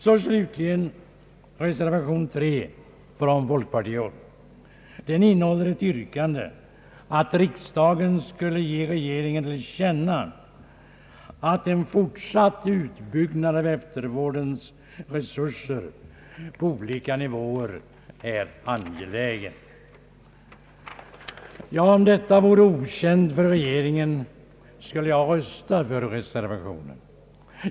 Den med 3 betecknade reservationen från folkpartihåll innehåller ett yrkande att riksdagen skulle ge regeringen till känna att en fortsatt utbyggnad av eftervårdens resurser på olika nivåer är angelägen. Om detta vore okänt för regeringen, skulle jag rösta på reservationen.